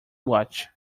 watch